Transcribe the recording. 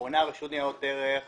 לחיות עם המגבלה